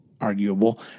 Arguable